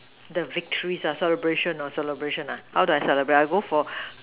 the victories celebration celebration how do I celebrate I go for